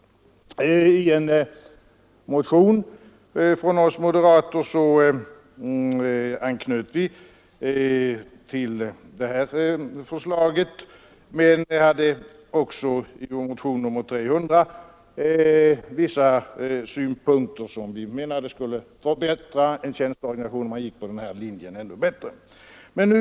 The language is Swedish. Vi moderater anknöt till det förslaget men hade också i motionen 300 vissa synpunkter som vi menade skulle göra en tjänsteorganisation ännu bättre, om man följde den linjen.